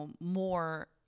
more